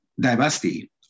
diversity